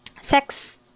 sex